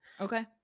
Okay